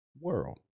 world